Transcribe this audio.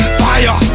fire